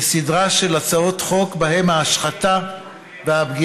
בסדרה של הצעות חוק שבהן ההשחתה והפגיעה